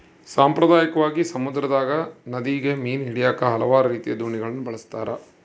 ಸಾಂಪ್ರದಾಯಿಕವಾಗಿ, ಸಮುದ್ರದಗ, ನದಿಗ ಮೀನು ಹಿಡಿಯಾಕ ಹಲವಾರು ರೀತಿಯ ದೋಣಿಗಳನ್ನ ಬಳಸ್ತಾರ